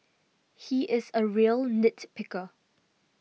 he is a real nit picker